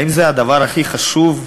האם זה הדבר הכי חשוב היום,